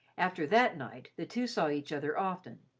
after that night, the two saw each other often,